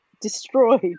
destroyed